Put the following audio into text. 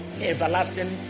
everlasting